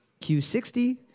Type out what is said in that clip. Q60